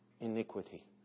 iniquity